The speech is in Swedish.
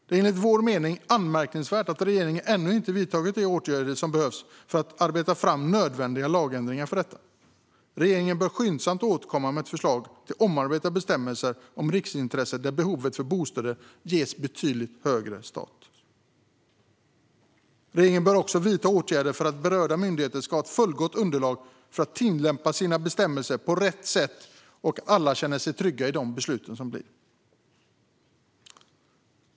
Det är enligt vår mening anmärkningsvärt att regeringen ännu inte vidtagit de åtgärder som behövs för att arbeta fram nödvändiga lagändringar för detta. Regeringen bör skyndsamt återkomma med ett förslag till omarbetade bestämmelser om riksintressen där behovet av bostäder ges betydligt högre status. Regeringen bör också vidta åtgärder för att berörda myndigheter ska ha ett fullgott underlag för att tillämpa bestämmelserna på rätt sätt och för att alla ska känna sig trygga i de beslut som fattas.